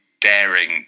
daring